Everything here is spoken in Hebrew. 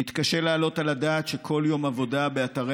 נתקשה להעלות על הדעת שכל יום עבודה באתרי